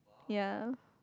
yea